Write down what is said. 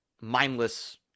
mindless